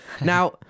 Now